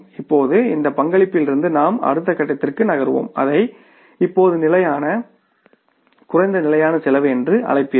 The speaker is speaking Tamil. இப்போது இந்த பங்களிப்பிலிருந்து நாம் அடுத்த கட்டத்திற்கு நகர்வோம் அதை இப்போது நிலையான செலவு குறைந்த நிலையான செலவு என்று அழைப்பீர்கள்